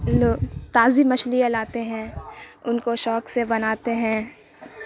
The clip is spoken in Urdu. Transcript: لو تازی مچھلیاں لاتے ہیں ان کو شوق سے بناتے ہیں